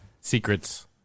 Secrets